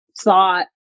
thought